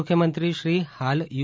મુખ્યમંત્રીશ્રી હાલ યુ